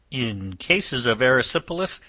in cases of erysipelas,